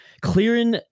clearing